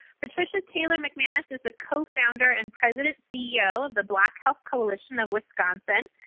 patricia taylor mcmanus is the co-founder and president ceo of the black health coalition of wisconsin,